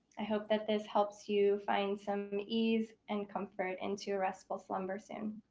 i hope that this helps you find some ease and comfort into a restful slumber soon.